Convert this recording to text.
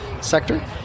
sector